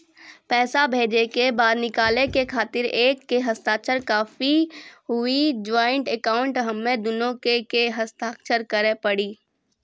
पैसा भेजै के बाद निकाले के खातिर एक के हस्ताक्षर काफी हुई या ज्वाइंट अकाउंट हम्मे दुनो के के हस्ताक्षर करे पड़ी?